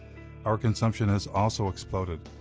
our consumption has also exploded.